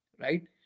Right